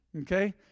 okay